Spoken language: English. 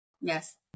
Yes